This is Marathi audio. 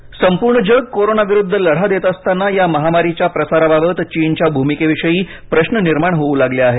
चीन संपूर्ण जग कोरोना विरुद्ध लढा देत असताना या महामारीच्या प्रसाराबाबत चीनच्या भूमिकेविषयी प्रश्न निर्माण होऊ लागले आहेत